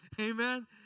Amen